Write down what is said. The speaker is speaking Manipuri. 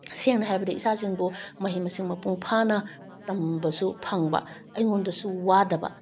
ꯁꯦꯡꯅ ꯍꯥꯏꯔꯕꯗ ꯏꯆꯥꯁꯤꯡꯕꯨ ꯃꯍꯩ ꯃꯁꯤꯡ ꯃꯄꯨꯡ ꯐꯥꯅ ꯇꯝꯕꯁꯨ ꯐꯪꯕ ꯑꯩꯉꯣꯟꯗꯁꯨ ꯋꯥꯗꯕ